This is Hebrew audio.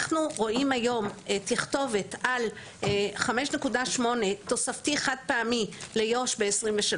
אנחנו רואים היום תכתובת על 5.8 תוספתי חד פעמי ליו"ש ב-2023.